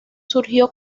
surgió